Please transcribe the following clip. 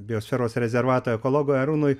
biosferos rezervato ekologui arūnui